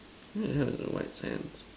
heard there is a white sands